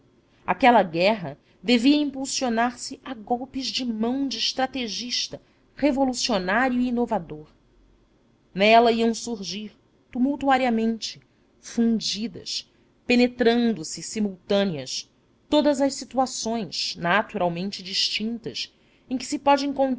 aquela guerra devia impulsionar se a golpes de mão de estrategista revolucionário e inovador nela iam surgir tumultuariamente fundidas penetrando se simultâneas todas as situações naturalmente distintas em que se pode